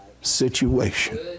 situation